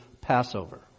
Passover